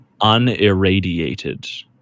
unirradiated